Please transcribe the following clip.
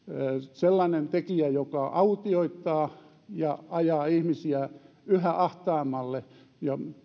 sellainen tekijä joka autioittaa ja ajaa ihmisiä yhä ahtaammalle ja